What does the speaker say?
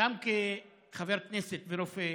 כחבר כנסת ורופא,